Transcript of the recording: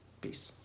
Peace